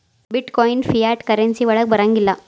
ಬಿಟ್ coin fiat currency ವಳಗ್ ಬರಂಗಿಲ್ಲಾ